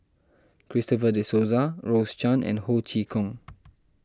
Christopher De Souza Rose Chan and Ho Chee Kong